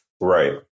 Right